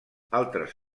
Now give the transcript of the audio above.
altres